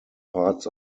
parts